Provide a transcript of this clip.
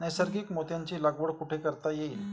नैसर्गिक मोत्यांची लागवड कुठे करता येईल?